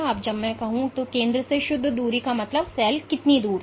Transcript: इसलिए जब मैं कहता हूं कि केंद्र से शुद्ध दूरी का मतलब सेल कितनी दूर था